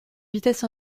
vitesse